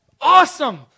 Awesome